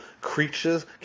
creatures